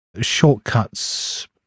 Shortcuts